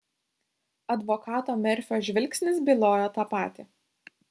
advokato merfio žvilgsnis bylojo tą patį